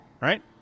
right